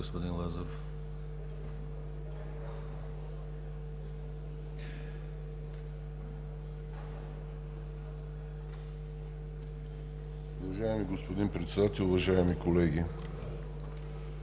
Уважаеми господин Председател, уважаеми колеги!